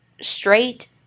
straight